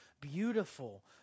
Beautiful